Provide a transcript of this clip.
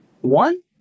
one